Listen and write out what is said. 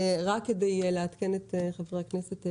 רק כדי לעדכן את חברי הכנסת,